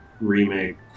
remake